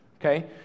okay